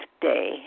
day